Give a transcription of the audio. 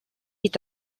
est